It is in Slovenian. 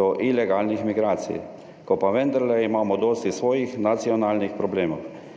do ilegalnih migracij, ko pa vendarle imamo dosti svojih nacionalnih problemov.